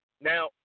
Now